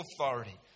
authority